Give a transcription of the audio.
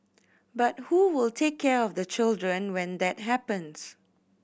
but who will take care of the children when that happens